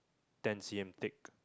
ten C M thick